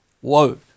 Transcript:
Whoa